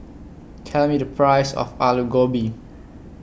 Tell Me The Price of Alu Gobi